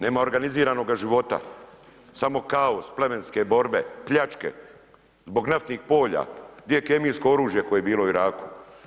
Nema organiziranoga života, samo kaos, plemenske borbe, pljačke, zbog naftnih polja, gdje je kemijsko oružje koje je bilo u Iraku.